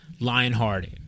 Lionhearted